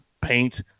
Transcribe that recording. paint